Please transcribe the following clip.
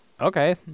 Okay